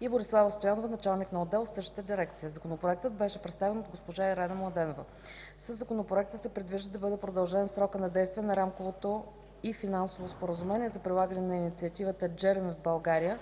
и Борислава Стоянова – началник на отдел в същата дирекция. Законопроектът беше представен от госпожа Ирена Младенова. Със законопроекта се предвижда да бъде продължен срокът на действие на Рамковото и на Финансовото споразумение за прилагане на Инициативата JEREMIE в България